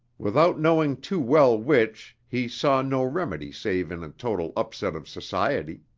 without knowing too well which, he saw no remedy save in a total upset of society.